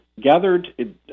gathered